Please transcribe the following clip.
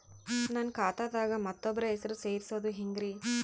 ನನ್ನ ಖಾತಾ ದಾಗ ಮತ್ತೋಬ್ರ ಹೆಸರು ಸೆರಸದು ಹೆಂಗ್ರಿ?